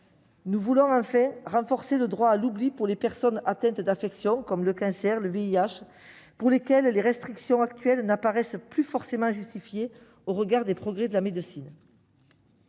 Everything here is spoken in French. Nous voulons enfin renforcer le droit à l'oubli pour les personnes atteintes d'affections comme le cancer ou le VIH, pour lesquelles les restrictions en vigueur n'apparaissent plus forcément justifiées au regard des progrès de la médecine.